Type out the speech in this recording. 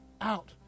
out